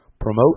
Promote